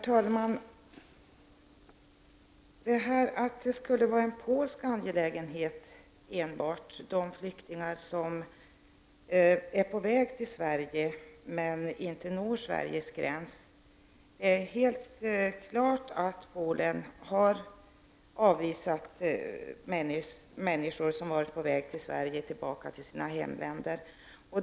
Herr talman! Det sägs att flyktingar som är på väg till Sverige men inte når Sveriges gräns skulle vara enbart en polsk angelägenhet. Det är helt klart att Polen har avvisat människor tillbaka till deras hemländer när de har varit på väg till Sverige.